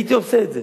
הייתי עושה את זה.